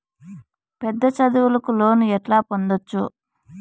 పెద్ద చదువులకు లోను ఎట్లా పొందొచ్చు